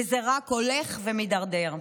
וזה רק הולך ומידרדר.